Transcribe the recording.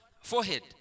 forehead